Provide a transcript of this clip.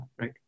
right